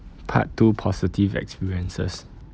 part two positive experiences